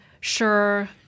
sure